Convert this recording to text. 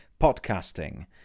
podcasting